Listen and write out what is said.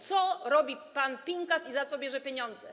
Co robi pan Pinkas i za co bierze pieniądze?